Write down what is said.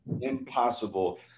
impossible